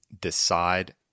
decide